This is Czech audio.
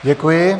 Děkuji.